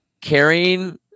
Carrying